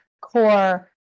core